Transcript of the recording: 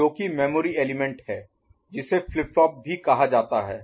जो कि memory element Memory Element स्मृति तत्व है जिसे फ्लिप फ्लॉप भी कहा जाता है